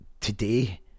today